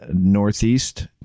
Northeast